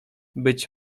być